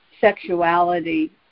sexuality